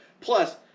Plus